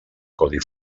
codi